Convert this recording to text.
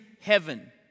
heaven